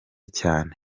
cyane